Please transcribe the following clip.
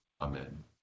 Amen